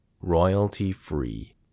royalty-free